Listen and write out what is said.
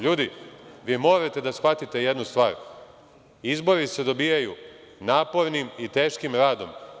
LJudi, vi morate da shvatite jednu stvar, izbori se dobijaju napornim i teškim radom.